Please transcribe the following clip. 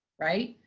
right?